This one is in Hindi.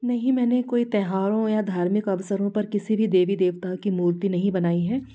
नहीं मैंने कोई त्योहारों या धार्मिक अवसरों पर किसी भी देवी देवता की मूर्ति नहीं बनाई है